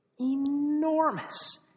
enormous